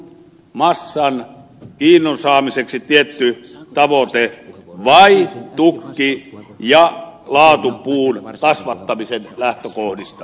energiapuun massan kiinnon saamiseksi tietty tavoite vai tukki ja laatupuun kasvattamisen lähtökohdista